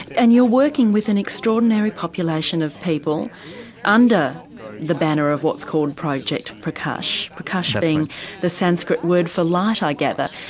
and you're working with an extraordinary population of people under the banner of what's called project prakash, prakash being the sanskrit word for light, i gather.